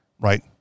right